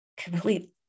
Complete